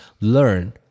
learn